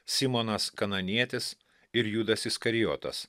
simonas kananietis ir judas iskarijotas